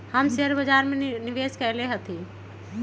हम शेयर बाजार में निवेश कएले हती